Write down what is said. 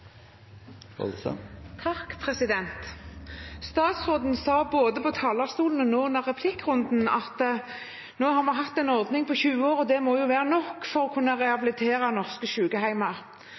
Statsråden sa, både på talerstolen og nå under replikkrunden, at nå har vi hatt en ordning i 20 år og det må være nok for å kunne rehabilitere norske